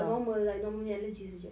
tak normal like normal nya allergies jer